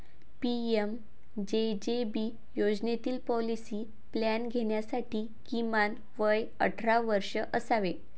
PMJJB योजनेतील policy plan घेण्यासाठी किमान वय अठरा वर्षे असावे